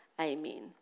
Amen